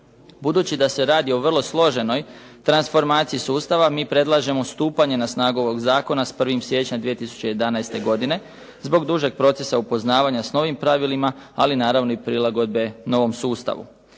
Budući da se radi o vrlo složenoj transformaciji sustava, mi predlažemo stupanje na snagu ovog zakona s 1. siječnja 2011. godine, zbog dužeg procesa upoznavanja s novim pravilima, ali naravno i prilagodbe novom sustavu.